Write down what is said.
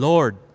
Lord